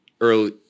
early